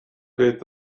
geht